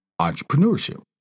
entrepreneurship